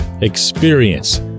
experience